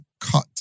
cut